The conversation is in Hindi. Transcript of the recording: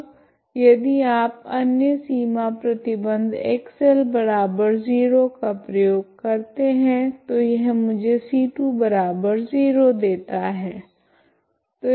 अब यदि आप अन्य सीमा प्रतिबंध X0 का प्रयोग करते है तो यह मुझे c20 देता है